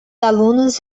alunos